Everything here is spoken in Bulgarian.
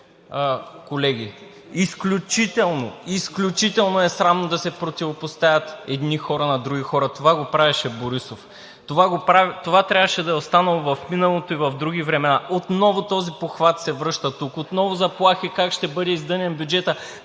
изключително е срамно да се противопоставят едни хора на други хора. Това го правеше Борисов. Това трябваше да е останало в миналото и в други времена. Отново този похват се връща тук, отново заплахи как ще бъде издънен бюджетът,